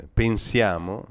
pensiamo